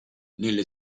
nelle